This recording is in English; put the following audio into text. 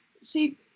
see